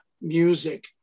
music